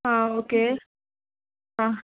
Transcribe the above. ஆ okay ஆ